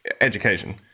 education